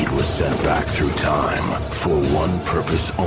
and was sent back through time for one purpose